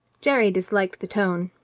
jerry disliked the tone.